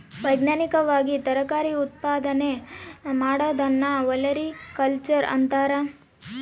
ವೈಜ್ಞಾನಿಕವಾಗಿ ತರಕಾರಿ ಉತ್ಪಾದನೆ ಮಾಡೋದನ್ನ ಒಲೆರಿಕಲ್ಚರ್ ಅಂತಾರ